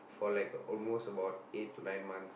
for like almost about eight to nine months